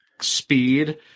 speed